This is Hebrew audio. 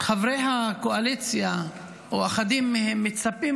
חברי הקואליציה או אחדים מהם מצפים